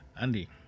Andy